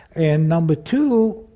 and number two,